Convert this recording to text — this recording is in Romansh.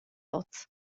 hoz